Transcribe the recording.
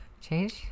Change